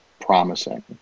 promising